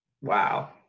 Wow